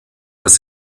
dass